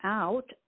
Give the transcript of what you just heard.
out